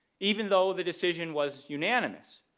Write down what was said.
even though the decision was unanimous,